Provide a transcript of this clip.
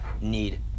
need